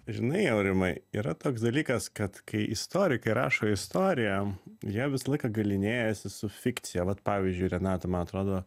žinai aurimai yra toks dalykas kad kai istorikai rašo istoriją jie visą laiką galynėjasi su fikcija vat pavyzdžiui renata man atrodo